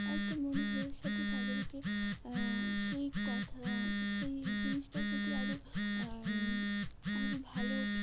একটা মনোভাবের সাথে তাদেরকে সেই কথা সেই জিনিসটার প্রতি আরও আরও ভালো